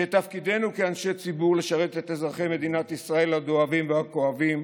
שתפקידנו כאנשי ציבור לשרת את אזרחי מדינת ישראל הדואבים והכואבים